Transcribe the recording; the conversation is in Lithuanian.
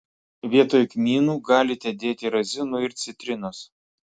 vietoj kmynų galite dėti razinų ir citrinos